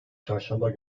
çarşamba